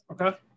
Okay